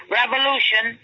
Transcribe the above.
revolution